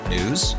News